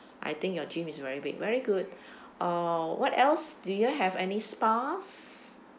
I think your gym is very big very good uh what else do you all have any spas